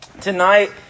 tonight